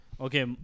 Okay